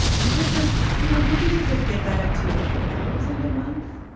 and chris says, you know, maybe they could get that up to a thousand a month.